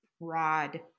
broad